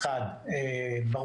דבר ראשון,